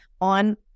on